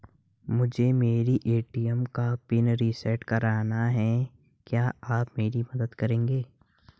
मुझे मेरे ए.टी.एम का पिन रीसेट कराना है क्या आप मेरी मदद करेंगे?